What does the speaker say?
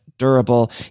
durable